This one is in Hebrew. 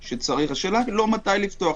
השאלה היא לא מתי לפתוח,